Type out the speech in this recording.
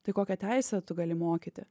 tai kokią teisę tu gali mokyti